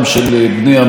כשמה כן היא,